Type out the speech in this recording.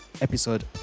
episode